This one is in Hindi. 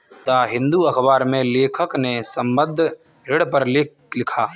द हिंदू अखबार में लेखक ने संबंद्ध ऋण पर लेख लिखा